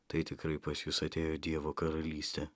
tai tikrai pas jus atėjo dievo karalystė